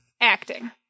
Acting